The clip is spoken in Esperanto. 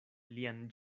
lian